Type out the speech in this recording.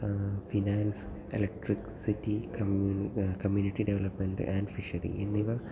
പിന്നെ electricity cum community development and fishery എന്നിവ